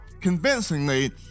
convincingly